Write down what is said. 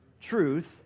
truth